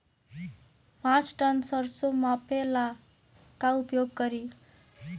पाँच टन सरसो मापे ला का उपयोग करी?